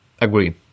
agree